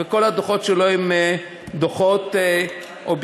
וכל הדוחות שלו הם דוחות אובייקטיביים.